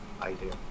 idea